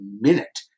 minute